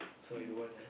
so I don't want ah